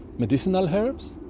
medicinal herbs.